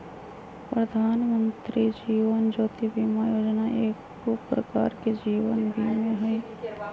प्रधानमंत्री जीवन ज्योति बीमा जोजना एगो प्रकार के जीवन बीमें हइ